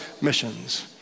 missions